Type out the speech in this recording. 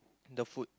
the food